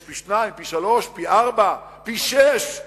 יש פי-שניים, פי-שלושה, פי-ארבעה, פי-שישה